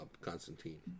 Constantine